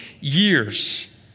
years